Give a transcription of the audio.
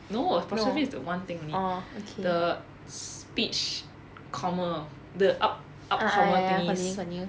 no apostrophe is the one thing the speech comma the up up comma thing